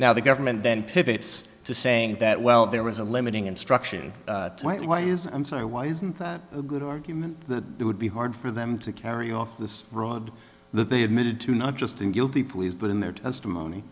now the government then pivots to saying that well there was a limiting instruction why is i'm sorry why isn't that good argument it would be hard for them to carry off this road that the admitted to not just in guilty pleas but in their testimony